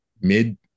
mid